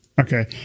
Okay